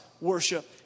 worship